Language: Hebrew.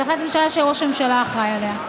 זו החלטת ממשלה שראש הממשלה אחראי לה.